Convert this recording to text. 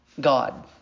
God